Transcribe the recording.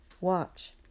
watch